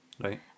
Right